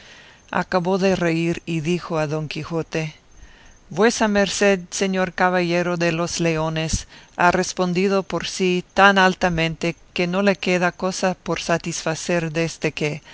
acabó de reír y dijo a don quijote vuesa merced señor caballero de los leones ha respondido por sí tan altamente que no le queda cosa por satisfacer deste que